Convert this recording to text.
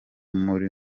muri